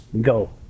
go